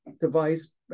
device